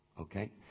Okay